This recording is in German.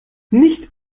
nicht